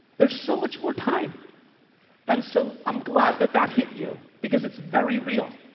there's so much more time and so i'm glad that that hit you because it's very real.